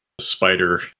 Spider